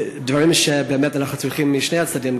זה דברים שבאמת אנחנו צריכים משני הצדדים,